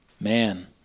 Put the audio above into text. Man